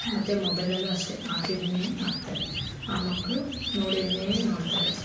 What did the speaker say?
ಮತ್ತು ಮೊಬೈಲಲ್ಲೂ ಅಷ್ಟೇ ಹಾಕಿದ್ನೇ ಹಾಕ್ತರೆ ಆ ಮಕ್ಕಳು ನೋಡಿದನ್ನೇ ನೋಡ್ತರೆ